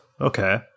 Okay